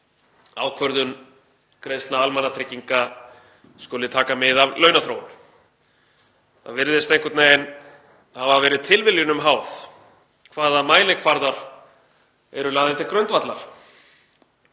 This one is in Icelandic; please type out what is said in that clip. ákvörðun greiðslna almannatrygginga skuli taka mið af launaþróun. Það virðist einhvern veginn hafa verið tilviljunum háð hvaða mælikvarðar eru lagðir til grundvallar